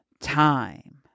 time